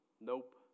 nope